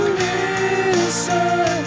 listen